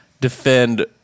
defend